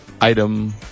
item